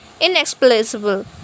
inexplicable